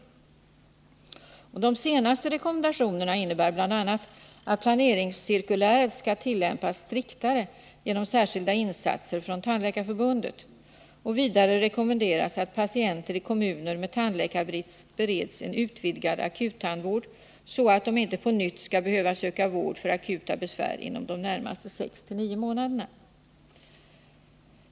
De senaste rekommendationerna innebär bl.a. att planeringscirkuläret skall tillämpas striktare genom särskilda insatser från Tandläkarförbundet. Vidare rekommenderas att patienter i kommuner med tandläkarbrist bereds en utvidgad akuttandvård, så att de inte på nytt skall behöva söka vård för akuta besvär under de närmaste sex till nio månaderna.